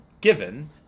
given